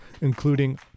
including